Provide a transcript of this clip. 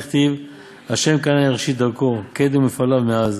דכתיב 'ה' קנני ראשית דרכו קדם מפעליו מאז'.